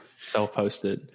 Self-hosted